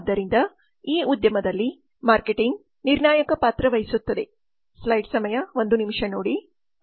ಆದ್ದರಿಂದ ಈ ಉದ್ಯಮದಲ್ಲಿ ಮಾರ್ಕೆಟಿಂಗ್ ನಿರ್ಣಾಯಕ ಪಾತ್ರ ವಹಿಸುತ್ತದೆ